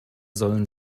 sollen